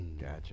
Gotcha